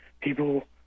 people